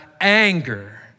anger